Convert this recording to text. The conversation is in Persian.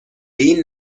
این